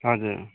हजुर